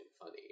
funny